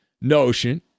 notion